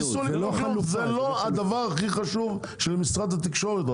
זה לא הדבר הכי חשוב של משרד התקשורת.